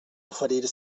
oferir